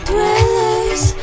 Dwellers